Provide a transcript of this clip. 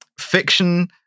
fiction